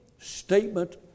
statement